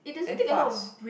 and fast